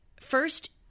First